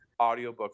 audiobooks